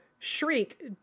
Shriek